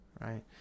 right